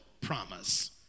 promise